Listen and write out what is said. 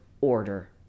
order